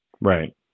right